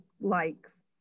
likes